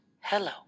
hello